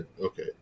okay